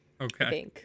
okay